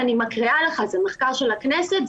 ואני מקריאה לך מהמחקר של מרכז המחקר של הכנסת,